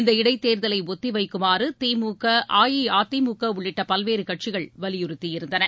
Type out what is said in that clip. இந்தத் இடைத்தேர்தலை ஒத்திவைக்குமாறு திமுக அஇஅதிமுக உள்ளிட்ட பல்வேறு கட்சிகள் வலிபுறுத்தியிருந்தன